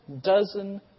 dozen